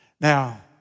Now